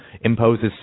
imposes